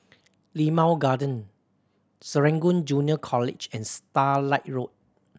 Limau Garden Serangoon Junior College and Starlight Road